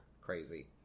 crazy